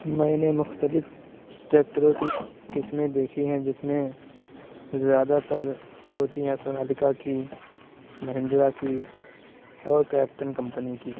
میں نے مختلف ٹریکٹروں کی قسمیں دیکھی ہیں جس میں زیادہ تر ہوتی ہیں سونالیکا کی مہیندرا کی اور کیپٹن کمپنی کی